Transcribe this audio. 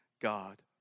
God